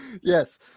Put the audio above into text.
Yes